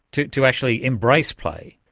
to to actually embrace play?